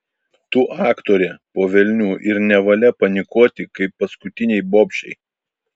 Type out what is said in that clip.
tu aktorė po velnių ir nevalia panikuoti kaip paskutinei bobšei